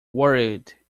worried